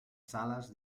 sales